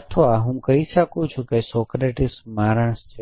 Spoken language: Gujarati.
અથવા હું કહી શકું છું કે સોક્રેટીસ માણસ છે